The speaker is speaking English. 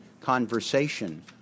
conversation